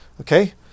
Okay